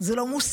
זה לא מוסרי,